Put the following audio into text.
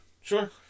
sure